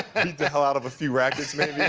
and the hell out of a few rackets maybe. yeah